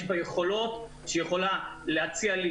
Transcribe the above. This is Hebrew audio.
יש בה יכולות שהיא יכולה להציע לי